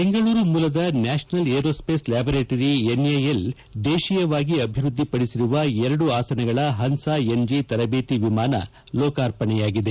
ಬೆಂಗಳೂರು ಮೂಲದ national aerospace laboratory NAL ದೇಹೀಯವಾಗಿ ಅಭಿವೃದ್ಧಿಪಡಿಸಿರುವ ಎರಡು ಆಸನಗಳ ಪನ್ಸಾ ಎನ್ಜಿ ತರಬೇತಿ ವಿಮಾನ ಲೋಕಾರ್ಪಣೆಯಾಗಿದೆ